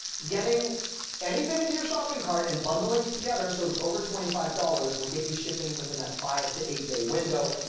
getting anything into your shopping cart and bundling together so it's over twenty five dollars will get you shipping within that five to eight day window.